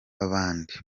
babandi